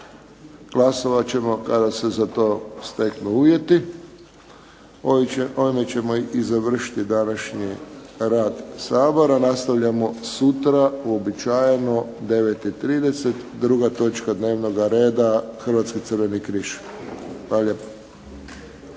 Glasovat ćemo kada se za to steknu uvjeti. Ovime ćemo završiti današnji rad Sabora. Nastavljamo sutra u uobičajeno u 9,30 2. točka dnevnog reda Hrvatski crveni križ.